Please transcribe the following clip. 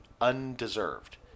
undeserved